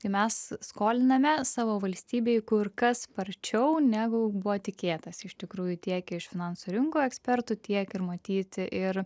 tai mes skoliname savo valstybei kur kas sparčiau negu buvo tikėtasi iš tikrųjų tiek iš finansų rinkų ekspertų tiek ir matyti ir